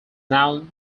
now